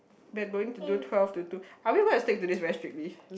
they are going to do twelve to two are we going to stick to this very strictly